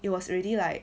it was already like